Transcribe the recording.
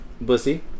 Bussy